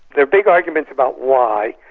there are big arguments about why.